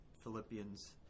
Philippians